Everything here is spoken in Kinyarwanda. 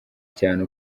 cyane